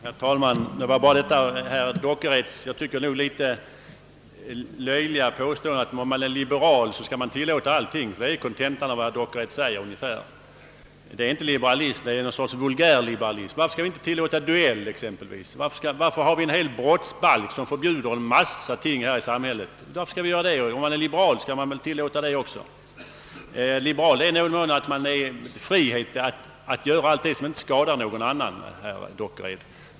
Herr talman! Jag vill anknyta till herr Dockereds enligt min mening litet löjliga påstående att allting bör tillåtas om man är liberal. Detta är den ungefärliga kontentan av vad herr Dockered säger. Detta är inte liberalism utan någon sorts vulgärliberalism. Varför skall vi då exempelvis inte tillåta dueller? Varför har vi en hel brottsbalk som förbjuder en massa ting här i samhället? Om man är liberal skall man väl tillåta också dueller. Nej, herr Dockered, att vara liberal innebär bara att hävda friheten att göra allting som inte skadar någon annan.